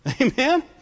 Amen